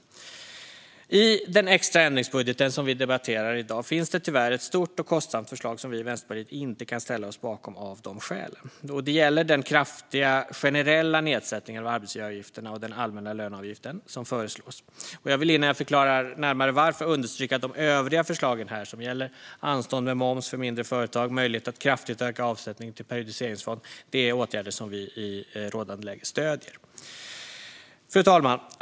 I den extra ändringsbudget som vi debatterar i dag finns det tyvärr ett stort och kostsamt förslag som vi i Vänsterpartiet inte kan ställa oss bakom av de skälen. Det gäller den kraftiga, generella nedsättning av arbetsavgifterna och den allmänna löneavgiften som föreslås. Jag vill innan jag förklarar närmare varför understryka att de övriga förslagen här, som gäller anstånd med moms för mindre företag och möjligheten att kraftigt öka avsättning till periodiseringsfond, är åtgärder som vi i rådande läge stöder. Fru talman!